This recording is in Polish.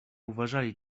uważali